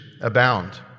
abound